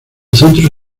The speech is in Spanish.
centro